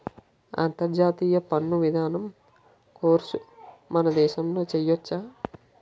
అంతర్జాతీయ పన్ను విధానం కోర్సు మన దేశంలో చెయ్యొచ్చా